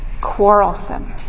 quarrelsome